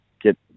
get